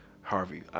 Harvey